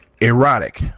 erotic